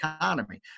economy